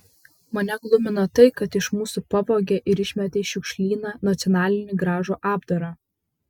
mane glumina tai kad iš mūsų pavogė ir išmetė į šiukšlyną nacionalinį gražų apdarą